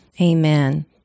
Amen